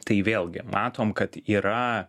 tai vėlgi matom kad yra